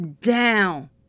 down